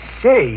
say